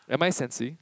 am I sensi~